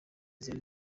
zari